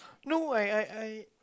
no I I I